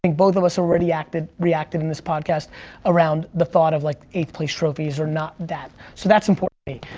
and both of us already reacted reacted in this podcast around the thought of like, eighth place trophies are not that. so that's important, me.